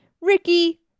Ricky